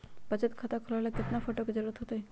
बचत खाता खोलबाबे ला केतना फोटो के जरूरत होतई?